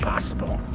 impossible.